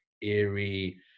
eerie